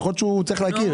יכול להיות שהוא צריך להכיר.